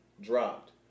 dropped